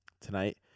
tonight